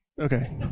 Okay